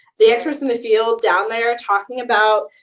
the experts in the field down there talking about,